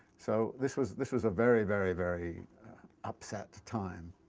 so this was this was a very, very, very upset time.